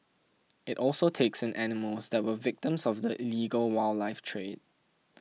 it also takes in animals that were victims of the illegal wildlife trade